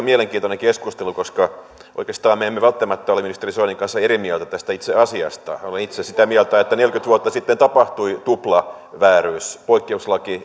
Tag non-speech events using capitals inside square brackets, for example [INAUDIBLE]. [UNINTELLIGIBLE] mielenkiintoinen keskustelu koska oikeastaan me emme välttämättä ole ministeri soinin kanssa eri mieltä tästä itse asiasta minä olen itse sitä mieltä että neljäkymmentä vuotta sitten tapahtui tuplavääryys poikkeuslaki [UNINTELLIGIBLE]